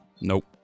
nope